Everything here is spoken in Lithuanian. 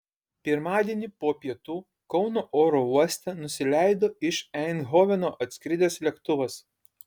pirmadienį po pietų kauno oro uoste nusileido iš eindhoveno atskridęs lėktuvas